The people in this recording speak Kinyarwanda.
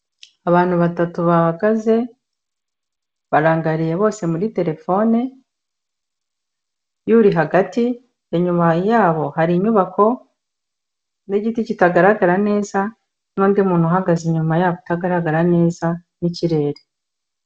Abantu batatu bahagaze, barangariye bose muri terefone yuri hagati, inyuma yabo hari inyubako, n'igiti kitagaragara neza n'undi muntu uhagaze inyuma yabo utagaragara neza, n'ikirere.